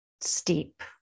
steep